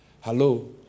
Hello